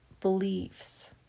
beliefs